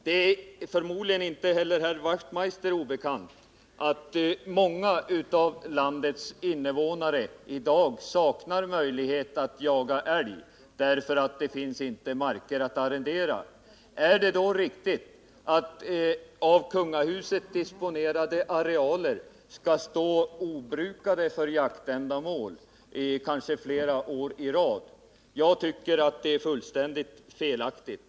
Det är förmodligen inte heller herr Wachtmeister obekant att många av landets invånare i dag saknar möjlighet att jaga älg därför att det inte finns marker att arrendera. Är det då riktigt att av kungahuset disponerade arealer skall stå obrukade i jakthänseende, kanske flera år i rad? Jag tycker det är fullständigt felaktigt.